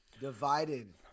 divided